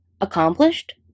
Accomplished